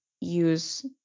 use